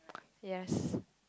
yes